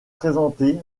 présenté